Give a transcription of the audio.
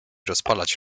rozpalać